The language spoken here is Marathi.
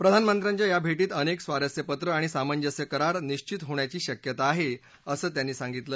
प्रधानमंत्र्यांच्या या भेटीत अनेक स्वारस्य पत्रं आणि सामंजस्य करार निश्वित होण्याची शक्यता आहे असं त्यांनी सांगितलं